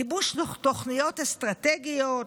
גיבוש תוכניות אסטרטגיות,